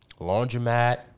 Laundromat